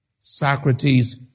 Socrates